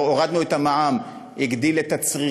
הורדנו את המע"מ, זה הגדיל את הצריכה.